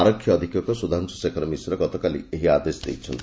ଆରକ୍ଷୀ ଅଧିକ୍ଷକ ସୁଧାଂଶୁ ଶେଖର ମିଶ୍ର ଗତକାଲି ଏହି ଆଦେଶ ଦେଇଛନ୍ତି